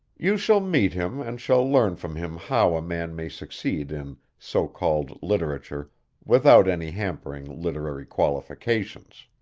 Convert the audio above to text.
you shall meet him and shall learn from him how a man may succeed in so-called literature without any hampering literary qualifications.